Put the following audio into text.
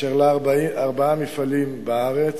אשר לה ארבעה מפעלים בארץ,